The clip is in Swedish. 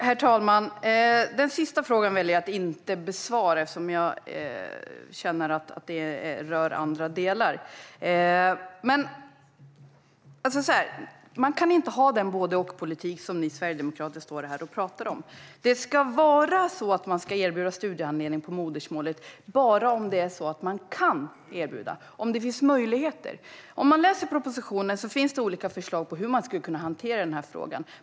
Herr talman! Den sista frågan väljer jag att inte besvara, eftersom jag känner att den rör andra delar. Men man kan inte ha den både-och-politik som ni sverigedemokrater står här och pratar om. Det ska vara så att man ska erbjuda studiehandledning på modersmålet bara om man kan erbjuda det, om det finns möjligheter. I propositionen finns det olika förslag på hur man skulle kunna hantera denna fråga.